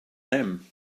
them